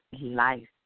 life